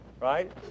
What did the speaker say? right